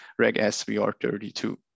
regsvr32